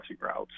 routes